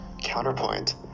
counterpoint